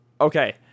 Okay